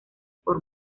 por